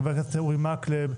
חבר הכנסת אורי מקלב,